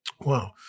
Wow